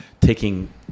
taking